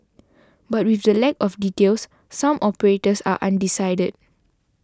but with the lack of details some operators are undecided